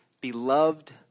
beloved